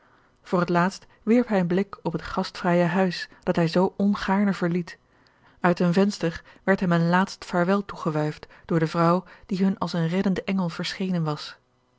voor het laatst wierp hij een blik op het gastvrije huis dat hij zoo ongaarne verliet uit een venster werd hem een laatst vaarwel toegewuifd door vrouw die hun als een reddende engel verschenen was